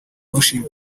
worship